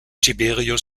tiberius